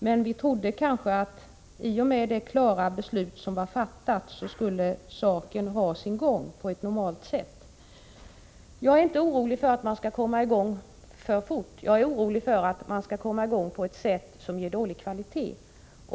Men vi trodde kanske att saken skulle ha sin gång på ett normalt sätt i och med det klara beslut som var fattat. Jag är inte orolig för att man skall komma i gång för fort. Jag är orolig för att man skall komma i gång på ett sätt som medför dålig kvalitet.